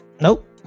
Nope